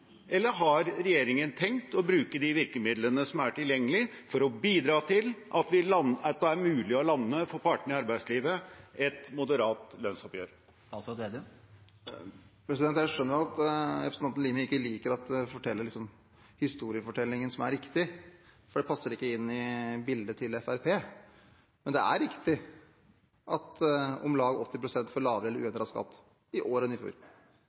eller har regjeringen tenkt å bruke de virkemidlene som er tilgjengelige for å bidra til at det for partene i arbeidslivet er mulig å lande et moderat lønnsoppgjør? Jeg skjønner jo at representanten Limi ikke liker at jeg forteller historiefortellingen som er riktig, for det passer ikke inn i bildet til Fremskrittspartiet. Men det er riktig at om lag 80 pst. får lavere eller uendret skatt i